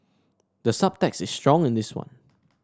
the subtext is strong in this one